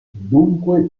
dunque